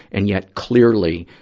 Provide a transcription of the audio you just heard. and yet, clearly,